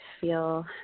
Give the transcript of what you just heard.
feel